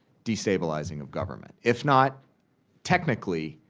destabilizing of government. if not technically,